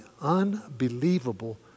unbelievable